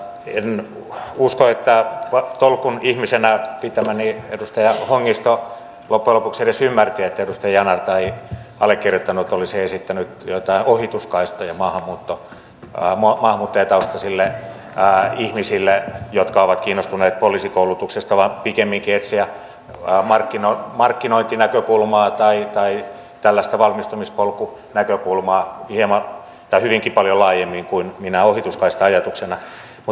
en usko että tolkun ihmisenä pitämäni edustaja hongisto loppujen lopuksi edes ymmärsi niin että edustaja yanar tai allekirjoittanut olisi esittänyt joitain ohituskaistoja maahanmuuttajataustaisille ihmisille jotka ovat kiinnostuneet poliisikoulutuksesta vaan pikemminkin etsimme markkinointinäkökulmaa tai tällaista valmistumispolkunäkökulmaa hyvinkin paljon laajemmin kuin minään ohituskaista ajatuksena